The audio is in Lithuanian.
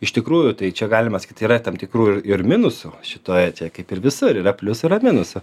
iš tikrųjų tai čia galima sakyt yra tam tikrų ir ir minusų situacija kaip ir visur yra pliusų yra minusų